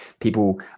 people